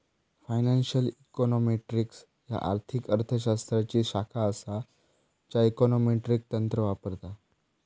financial econometrics ह्या आर्थिक अर्थ शास्त्राची शाखा असा ज्या इकॉनॉमेट्रिक तंत्र वापरता